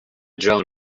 joan